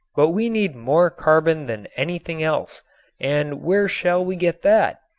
but we need more carbon than anything else and where shall we get that?